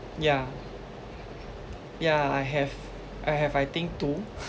yeah yeah I have I have I think two